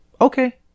okay